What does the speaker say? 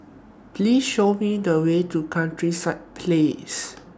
Please Show Me The Way to Countryside Place